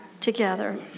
together